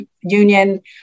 union